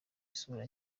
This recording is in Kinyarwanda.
isura